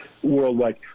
Worldwide